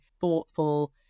thoughtful